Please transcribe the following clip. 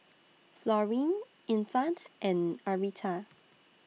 Florene Infant and Arietta